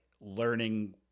learning